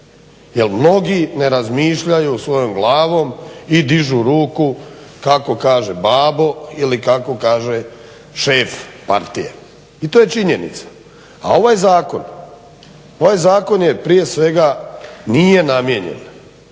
mnogi ne razmišljaju svojom glavom i dižu ruku kako kaže babo ili kako kaže šef partije. I to je činjenica. A ovaj zakon je prije svega nije namijenjen